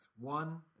One